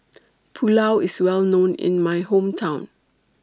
Pulao IS Well known in My Hometown